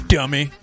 Dummy